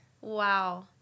Wow